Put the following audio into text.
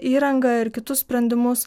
įrangą ir kitus sprendimus